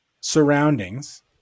surroundings